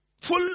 Full